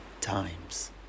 times